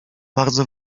bardzo